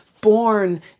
born